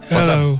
Hello